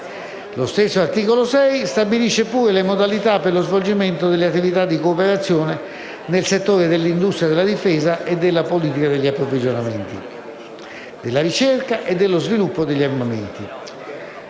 Lo stesso articolo 6 stabilisce pure le modalità per lo svolgimento delle attività di cooperazione nel settore dell'industria e della difesa e della politica degli approvvigionamenti, della ricerca e dello sviluppo degli armamenti.